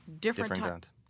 different